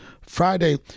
Friday